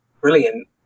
brilliant